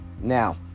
Now